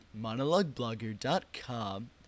monologueblogger.com